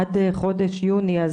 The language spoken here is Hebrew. עד חודש יוני.